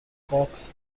cox